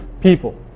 people